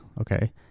okay